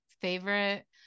favorite